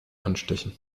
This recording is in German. anstechen